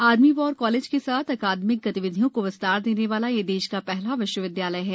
army war college के साथ अकादमिक गतिविधियों को विस्तार देने वाला यह देश का श्हला विश्वविद्यालय है